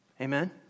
Amen